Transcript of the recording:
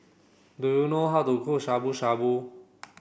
do you know how to cook Shabu Shabu